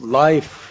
life